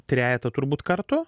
trejetą turbūt kartų